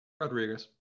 Rodriguez